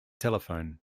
telephone